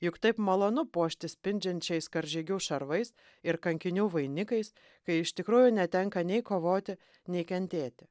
juk taip malonu puoštis spindinčiais karžygių šarvais ir kankinių vainikais kai iš tikrųjų netenka nei kovoti nei kentėti